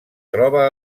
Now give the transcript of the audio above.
troba